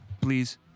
please